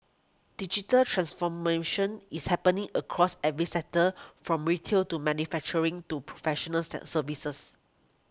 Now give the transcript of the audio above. digital transformation is happening across every sector from retail to manufacturing to professional services